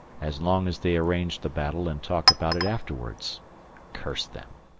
as long as they arrange the battle and talk about it afterwards curse them!